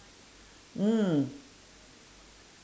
mm